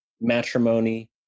matrimony